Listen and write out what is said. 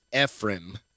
Ephraim